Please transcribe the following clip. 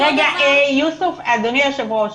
אותו דבר --- רגע, אדוני היושב ראש,